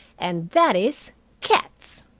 and that is cats!